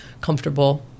comfortable